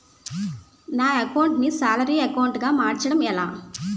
నా అకౌంట్ ను salary account గా మార్చటం ఎలా?